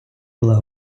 була